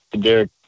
Derek